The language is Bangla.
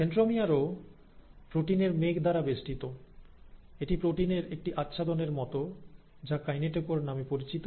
সেন্ট্রোমিয়ারও প্রোটিনের মেঘ দ্বারা বেষ্টিত এটি প্রোটিনের একটি আচ্ছাদন এর মত যা কাইনেটোকোর নামে পরিচিত